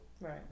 Right